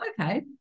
okay